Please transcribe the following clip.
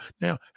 Now